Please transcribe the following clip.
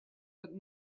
but